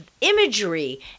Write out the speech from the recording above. imagery